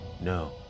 no